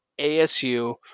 ASU